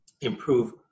improve